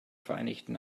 vereinigten